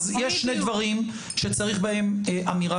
אז יש שני דברים שצריך בהם אמירה